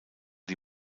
die